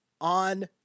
on